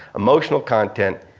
emotional content